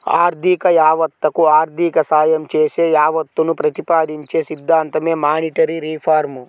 ఆర్థిక యావత్తకు ఆర్థిక సాయం చేసే యావత్తును ప్రతిపాదించే సిద్ధాంతమే మానిటరీ రిఫార్మ్